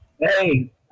Hey